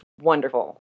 wonderful